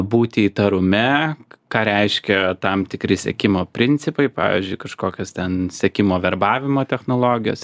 būti įtarume ką reiškia tam tikri siekimo principai pavyzdžiui kažkokios ten sekimo verbavimo technologijos ir